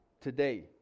today